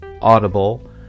Audible